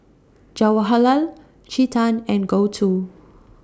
Jawaharlal Chetan and Gouthu